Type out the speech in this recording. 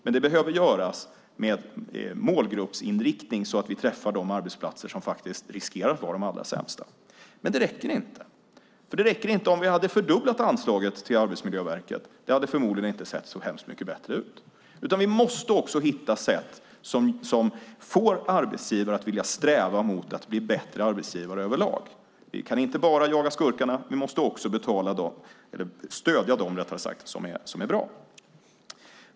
Men det behöver göras med målgruppsinriktning så att vi träffar de arbetsplatser som faktiskt riskerar att vara de allra sämsta. Men det räcker inte. Det skulle inte ens ha räckt om vi hade fördubblat anslaget till Arbetsmiljöverket. Det hade förmodligen inte sett så hemskt mycket bättre ut. Vi måste också hitta sätt som får arbetsgivare att vilja sträva mot att bli bättre arbetsgivare över lag. Vi kan inte bara jaga skurkarna, utan vi måste också stödja dem som är bra.